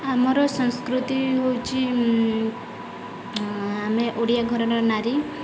ଆମର ସଂସ୍କୃତି ହଉଚି ଆମେ ଓଡ଼ିଆ ଘରର ନାରୀ